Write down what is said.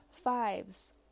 Fives